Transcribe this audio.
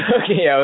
okay